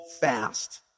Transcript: fast